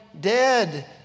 dead